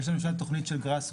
יש למשל תוכנית של Grassroots,